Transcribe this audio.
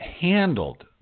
handled